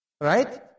right